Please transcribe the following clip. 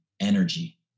energy